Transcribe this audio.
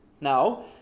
Now